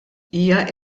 hija